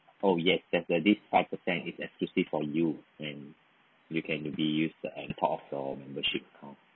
oh yes there's uh this five percent is exclusive for you and you can be used on top of your membership account